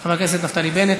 חבר הכנסת נפתלי בנט.